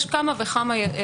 יש בכמה וכמה יחידות.